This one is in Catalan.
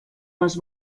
les